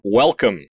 welcome